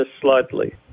slightly